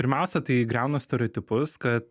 pirmiausia tai griauna stereotipus kad